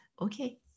Okay